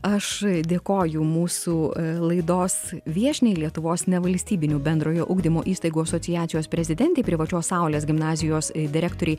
aš dėkoju mūsų laidos viešniai lietuvos nevalstybinių bendrojo ugdymo įstaigų asociacijos prezidentei privačios saulės gimnazijos direktorei